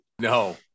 no